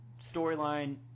storyline